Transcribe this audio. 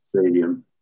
stadium